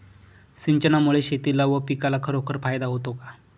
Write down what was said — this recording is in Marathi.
सिंचनामुळे शेतीला व पिकाला खरोखर फायदा होतो का?